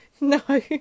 No